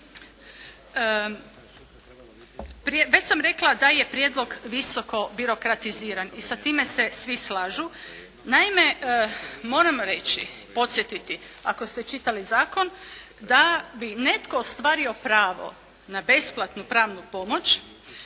Već sam rekla da je Prijedlog visoko birokratiziran i sa time se svi slažu. Naime moram reći, podsjetiti, ako ste čitali zakon da bi netko ostvario pravo na besplatnu pravnu pomoć